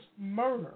murder